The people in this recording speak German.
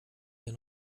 hier